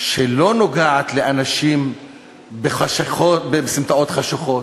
שלא נוגעת לאנשים בסמטאות חשוכות,